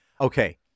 Okay